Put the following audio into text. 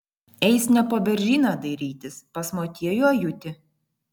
eis ne po beržyną dairytis pas motiejų ajutį